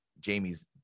jamie's